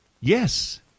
yes